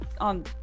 on